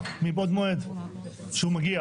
מגיע.